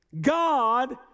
God